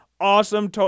Awesome